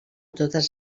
totes